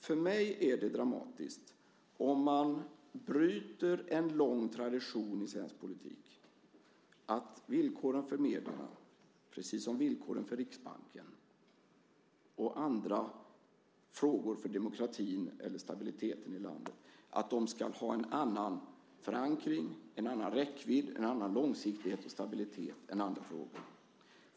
För mig är det dramatiskt om man bryter en lång tradition i svensk politik och villkoren för medierna, precis som villkoren för Riksbanken, och andra viktiga frågor för demokratin eller stabiliteten i landet ska ha en annan förankring, en annan räckvidd, en annan långsiktighet och stabilitet än i andra frågor.